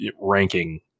ranking